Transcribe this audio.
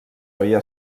havia